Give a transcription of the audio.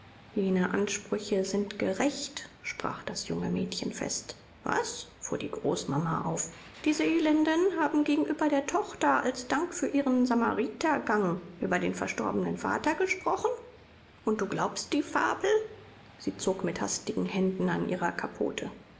jene ansprüche sind gerecht sprach das junge mädchen fest was fuhr die großmama auf diese elenden haben gegenüber der tochter als dank für ihren samaritergang über den verstorbenen vater gesprochen und du glaubst die fabel sie zog mit hastigen händen an ihrer kapotte